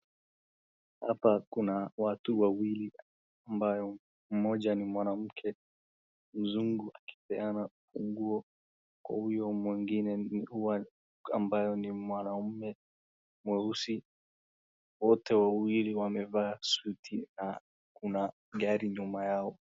Hapa kuna watu wawili ambayo mmoja ni mwanamke mzungu akipeana funguo kwa huyo mwingine, huwa ambayo ni mwanaume mweusi. Wote wawili wamevaa suti na kuna gari nyuma yao.